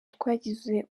twagize